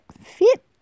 fit